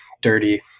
dirty